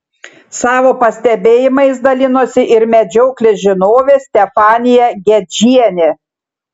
savo pastebėjimais dalinosi ir medžioklės žinovė stefanija gedžienė